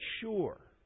sure